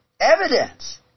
evidence